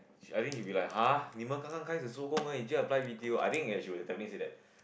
I think he will be like !huh! 你们刚刚开始做工而已就: ni men gang gang kai shi zuo gong er yi jiu apply B_T_O I think ya he will definitely say that